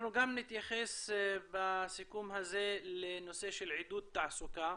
אנחנו גם נתייחס בסיכום הזה לנושא של עידוד תעסוקה.